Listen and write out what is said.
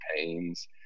pains